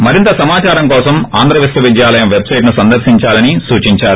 పూర్తి సమాచారం కోసం ఆంధ్ర విశ్వవిద్యాలయం వెట్ సైట్ ను సందర్భించాలని సూచించారు